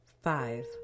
Five